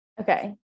Okay